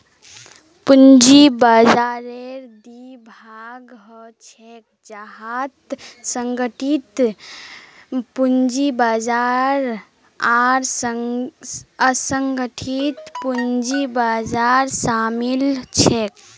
पूंजी बाजाररेर दी भाग ह छेक जहात संगठित पूंजी बाजार आर असंगठित पूंजी बाजार शामिल छेक